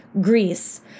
Greece